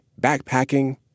backpacking